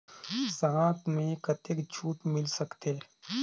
साथ म कतेक छूट मिल सकथे?